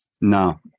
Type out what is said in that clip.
no